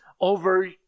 over